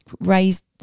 raised